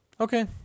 okay